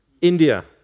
India